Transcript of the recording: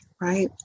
Right